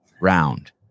round